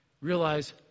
Realize